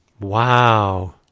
Wow